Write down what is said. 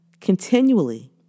continually